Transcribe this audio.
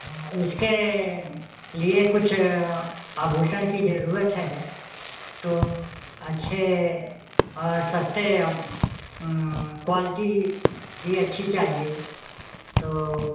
हाँ उसके लिए कुछ आभूषण की जरूरत है तो अच्छे और सस्ते क्वालिटी भी अच्छी चाहिए तो